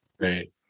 Right